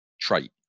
trait